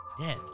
dead